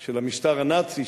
של המשטר הנאצי,